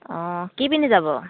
অঁ কি পিন্ধি যাব